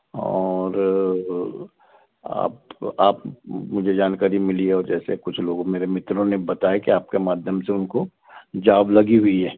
और आप आप मुझे जानकारी मिली है और जैसे कुछ लोग मेरे मित्रों ने बताया कि आपके माध्यम से उनको जॉब लगी हुई है